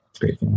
great